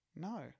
No